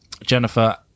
Jennifer